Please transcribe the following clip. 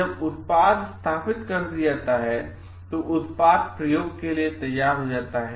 जब उत्पाद स्थापित कर दिया जाता है तब उत्पाद प्रयोग के लिए तैयार हो जाता है